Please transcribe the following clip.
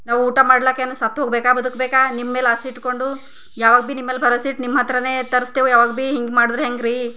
ನಾವು ಊಟ ಮಾಡ್ಲಕ್ಕ ಏನು ಸತ್ತು ಹೋಗಬೇಕಾ ಬದುಕಬೇಕಾ ನಿಮ್ಮ ಮೇಲೆ ಆಸೆ ಇಟ್ಕೊಂಡು ಯಾವಾಗ ಭೀ ನಿಮ್ಮಲ್ಲಿ ಭರೋಸಾ ಇಟ್ಟು ನಿಮ್ಮ ಹತ್ತಿರನೆ ತರ್ಸ್ತೆವೆ ಯಾವಾಗ ಭೀ ಹೀಗೆ ಮಾಡದ್ರೆ ಹೇಗೆ ರಿ